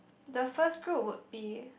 the first group would be